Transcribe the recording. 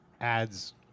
ads